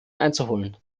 einzuholen